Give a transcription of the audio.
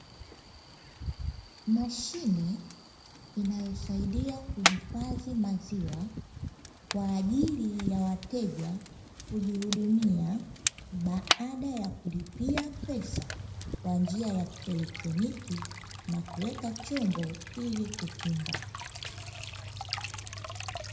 Mashine inayosaidia kuhifadhi maziwa kwa ajili ya wateja kujihudumia baada ya kulipia pesa kwa njia ya kielektroniki na kuweka chombo ili kukinga.